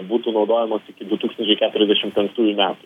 būtų naudojamos iki du tūkstančiai keturiasdešim penktųjų metų